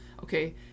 Okay